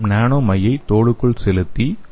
நாம் நானோ மையை தோலுக்குள் செலுத்தி